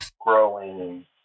growing